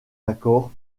accord